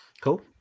Cool